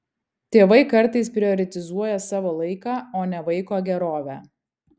tėvai kartais prioritizuoja savo laiką o ne vaiko gerovę